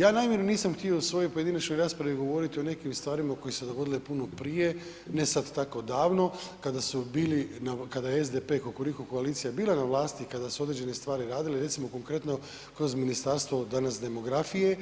Ja namjerno nisam htio u svojoj pojedinačnoj raspravi govoriti o nekim stvarima koje su se dogodile puno prije, ne sad tako davno kada su bili, kada je SDP, Kukuriku koalicija bila na vlasti, kada su određene stvari radili, recimo konkretno kod ministarstvo, danas demografije,